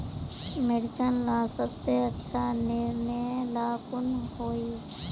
मिर्चन ला सबसे अच्छा निर्णय ला कुन होई?